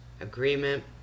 agreement